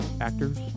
actors